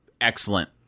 Excellent